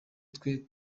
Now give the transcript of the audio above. twe